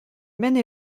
maine